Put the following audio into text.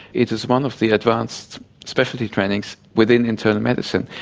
it is one of the advanced specialty trainings within internal medicine,